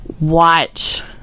watch